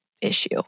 issue